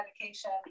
medication